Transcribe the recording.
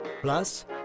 Plus